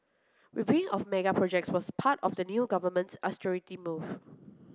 reviewing of mega projects was part of the new government's austerity move